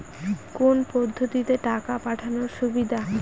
কোন পদ্ধতিতে টাকা পাঠানো সুবিধা?